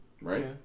right